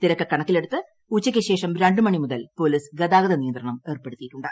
തിരക്ക് കണക്കിലെടുത്ത് ഉച്ചക്ക് ശേഷം രണ്ട് മണി മുതൽ പോലീസ് ഗതാഗത നിയന്ത്രണം ഏർപ്പെടുത്തിയിട്ടുണ്ട്